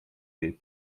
jej